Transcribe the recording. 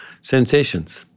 sensations